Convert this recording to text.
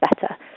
better